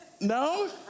No